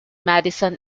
madison